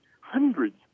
hundreds